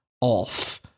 off